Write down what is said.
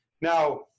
Now